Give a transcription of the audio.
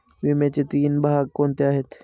विम्याचे तीन भाग कोणते आहेत?